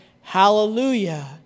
Hallelujah